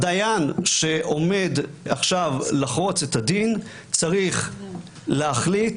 הדיין שעומד עכשיו לחרוץ את הדין צריך להחליט,